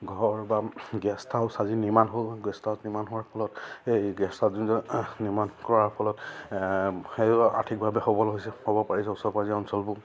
ঘৰ বা guest house সাজি নিৰ্মাণ হ'ল গেষ্ট হাউচ নিৰ্মাণ হোৱাৰ ফলত এই গেষ্ট হাউচ নিৰ্মাণ কৰাৰ ফলত সেই আৰ্থিকভাৱে সবল হৈছে হ'ব পাৰিছে ওচৰে পাঁজৰে অঞ্চলবোৰ